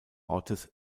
ortes